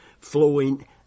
flowing